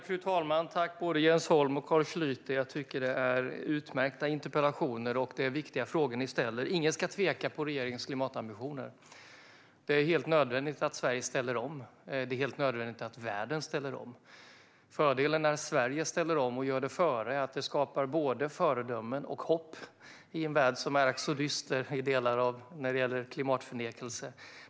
Fru talman! Jag tackar både Jens Holm och Carl Schlyter. Interpellationen är utmärkt, och ni ställer viktiga frågor. Ingen ska tveka om regeringens klimatambitioner. Det är helt nödvändigt att Sverige ställer om, och det är helt nödvändigt att världen ställer om. Fördelen när Sverige ställer om och gör det före andra är att det skapar både ett föredöme och ett hopp i en värld som i vissa delar är ack så dyster när det gäller klimatförnekelse.